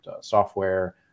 software